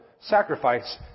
sacrifice